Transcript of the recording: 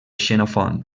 xenofont